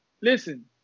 listen